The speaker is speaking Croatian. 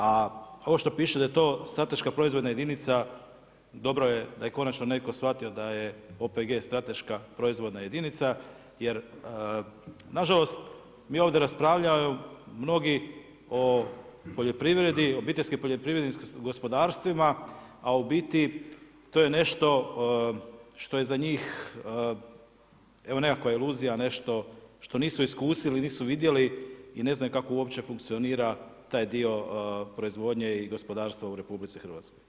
A ovo što piše da je to strateška proizvodna jedinica dobro je da je konačno netko shvatio da je OPG strateška proizvodna jedinica, jer na žalost mi ovdje raspravljamo mnogi o poljoprivredi, poljoprivrednim obiteljskim gospodarstvima, a u biti to je nešto što je za njih evo nekakva iluzija, nešto što nisu iskusili, nisu vidjeli, i ne znaju kako uopće funkcionira taj dio proizvodnje i gospodarstva u Republici Hrvatskoj.